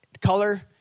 color